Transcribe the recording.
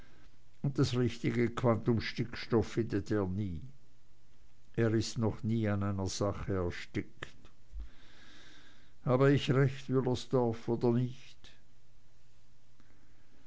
und das richtige quantum stickstoff findet er nie er ist noch nie an einer sache erstickt habe ich recht wüllersdorf oder nicht